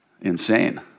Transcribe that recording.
insane